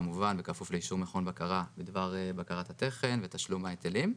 כמובן בכפוף לאישור מכון בקרה בדבר בקרת התכן ותשלום ההיטלים.